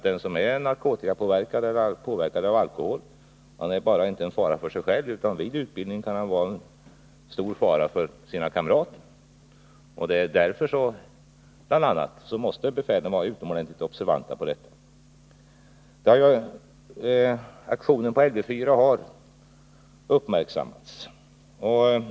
Den som är narkotikapåverkad eller påverkad av alkohol är inte bara en fara för sig själv, utan vid utbildning kan han vara en stor fara för sina kamrater. Bl. a. därför måste befälen vara utomordentligt observanta på detta. Aktionen på Lv 4 har uppmärksammats.